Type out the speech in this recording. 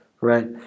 right